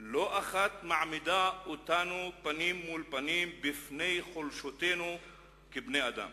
לא אחת מעמידה אותנו פנים מול פנים בפני חולשותינו כבני-אדם